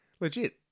Legit